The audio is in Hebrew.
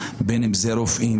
אני מגיש את כתבי האישום האלה,